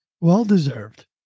Well-deserved